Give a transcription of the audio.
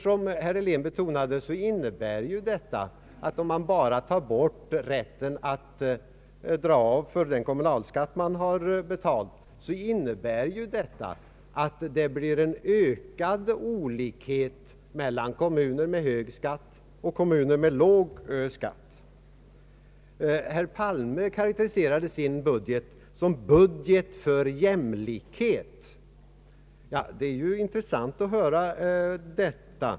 Som herr Helén betonade innebär nämligen detta att om man bara tar bort rätten till avdrag för den kommunalskatt man har betalt uppstår en ökad olikhet mellan kommuner med hög och kommuner med låg skatt. Herr Palme karakteriserade sin budget som en budget för jämlikhet. Det är intressant att höra detta.